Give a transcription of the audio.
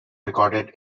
recorded